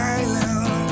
island